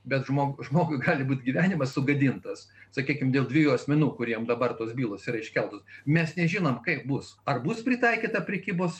bet žmog žmogui gali būt gyvenimas sugadintas sakykim dėl dviejų asmenų kuriem dabar tos bylos yra iškeltos mes nežinom kaip bus ar bus pritaikyta prekybos